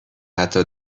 حتا